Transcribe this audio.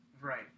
right